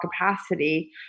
capacity